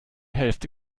hälfte